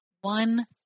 one